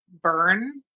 burn